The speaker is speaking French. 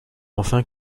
enfin